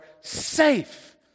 safe